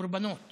קורבנות